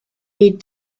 need